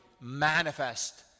manifest